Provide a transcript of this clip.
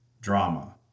Drama